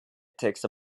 takes